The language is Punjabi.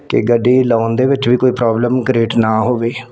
ਕਿ ਗੱਡੀ ਲਗਾਉਣ ਦੇ ਵਿੱਚ ਵੀ ਕੋਈ ਪ੍ਰੋਬਲਮ ਕ੍ਰੀਏਟ ਨਾ ਹੋਵੇ